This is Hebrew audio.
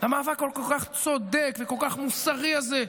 למאבק הכל-כך צודק וכל כך ומוסרי הזה,